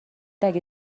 اگه